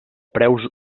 preus